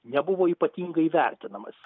nebuvo ypatingai vertinamas